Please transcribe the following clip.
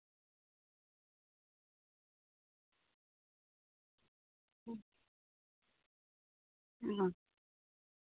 ᱚᱸᱻ